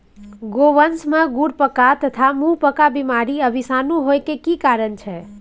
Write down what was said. गोवंश में खुरपका तथा मुंहपका बीमारी आ विषाणु होय के की कारण छै?